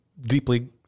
deeply